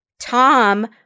Tom